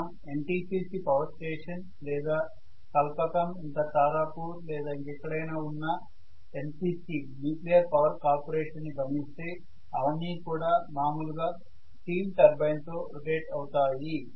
మనం NTPC power station లేదా కల్పక్కం ఇంకా తారాపూర్ లేదా ఇంకెక్కడైనా ఉన్న NPC న్యూక్లియర్ పవర్ కార్పొరేషన్ ని గమనిస్తే అవన్నీ కూడా మామూలుగా స్టీమ్ టర్బైన్ తో రొటేట్ అవుతాయి